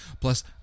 Plus